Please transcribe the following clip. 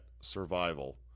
survival